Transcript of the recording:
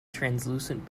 translucent